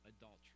adultery